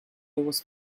was